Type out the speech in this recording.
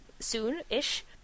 soon-ish